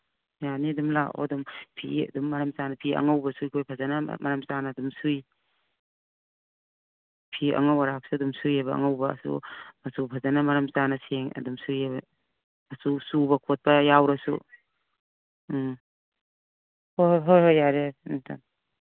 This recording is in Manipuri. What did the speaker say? ꯌꯥꯅꯤ ꯑꯗꯨꯝ ꯂꯥꯛꯑꯣ ꯑꯗꯨꯝ ꯐꯤ ꯑꯗꯨꯝ ꯃꯔꯝ ꯆꯥꯅ ꯐꯤ ꯑꯉꯧꯕꯁꯨ ꯑꯩꯈꯣꯏ ꯐꯖꯅ ꯃꯔꯝ ꯆꯥꯅ ꯑꯗꯨꯝ ꯁꯨꯏ ꯐꯤ ꯑꯉꯧ ꯑꯔꯥꯛꯁꯨ ꯑꯗꯨꯝ ꯁꯨꯏꯌꯦꯕ ꯑꯉꯧꯕꯁꯨ ꯃꯆꯨ ꯐꯖꯅ ꯃꯔꯝ ꯆꯥꯅ ꯑꯗꯨꯝ ꯁꯨꯏꯌꯦꯕ ꯆꯨꯕ ꯈꯣꯠꯄ ꯌꯥꯎꯔꯁꯨ ꯎꯝ ꯍꯣꯏ ꯍꯣꯏ ꯍꯣꯏ ꯌꯥꯔꯦ ꯌꯥꯔꯦ ꯎꯝ ꯊꯝꯃꯦ ꯊꯝꯃꯦ